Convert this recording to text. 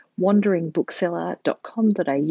wanderingbookseller.com.au